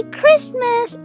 Christmas